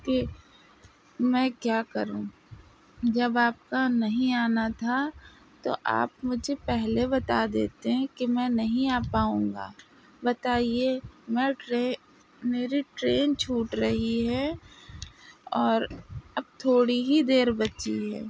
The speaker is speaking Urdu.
کہ میں کیا کروں جب آپ کو نہیں آنا تھا تو آپ مجھے پہلے بتا دیتے کہ میں نہیں آ پاؤں گا بتائیے میں ٹرے میری ٹرین چھوٹ رہی ہے اور اب تھوڑی ہی دیر بچی ہے